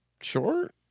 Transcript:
short